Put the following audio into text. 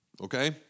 Okay